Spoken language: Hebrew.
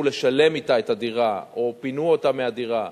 שילמו אתו את הדירה, או שפינו אותם מהדירה,